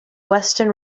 western